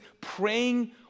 praying